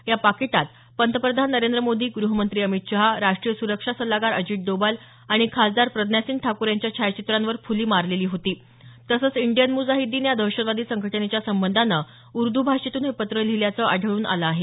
या पाकिटात पंतप्रधान नेंद्र मोदी गृहमंत्री अमित शहा राष्ट्रीय सुरक्षा सल्लागार अजित डोबाल आणि खासदार प्रज्ञासिंग ठाकूर यांच्या छायाचित्रांवर फुली मारलेली होती तसंच इंडीयन मुजाहिदीन या दहशतवादी संघटनेच्या संबंधाने उर्द भाषेतून हे पत्र लिहिल्याचं आढळून आलं आहे